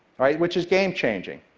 which is game-changing.